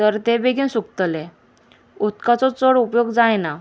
तर ते बेगीन सुकतले उदकाचो चड उपयोग जायना